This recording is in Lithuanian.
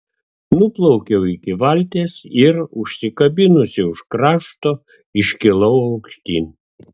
nuplaukiau iki valties ir užsikabinusi už krašto iškilau aukštyn